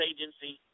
Agency